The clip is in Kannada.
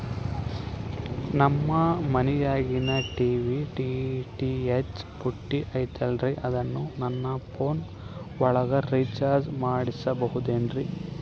ನಮ್ಮ ಮನಿಯಾಗಿನ ಟಿ.ವಿ ಡಿ.ಟಿ.ಹೆಚ್ ಪುಟ್ಟಿ ಐತಲ್ರೇ ಅದನ್ನ ನನ್ನ ಪೋನ್ ಒಳಗ ರೇಚಾರ್ಜ ಮಾಡಸಿಬಹುದೇನ್ರಿ?